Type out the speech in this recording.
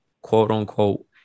quote-unquote